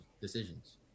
decisions